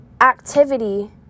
activity